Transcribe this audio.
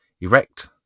erect